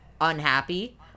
unhappy